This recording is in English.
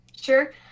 sure